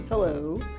hello